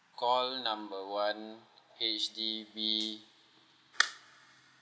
call number one H_D_B